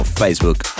facebook